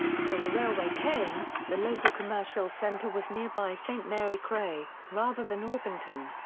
until the railway came, the local commercial centre was nearby st mary cray, rather than orpington.